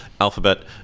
Alphabet